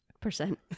Percent